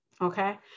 okay